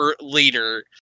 later